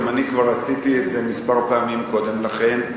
גם אני כבר עשיתי את זה כמה פעמים קודם לכן,